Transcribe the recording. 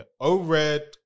O-Red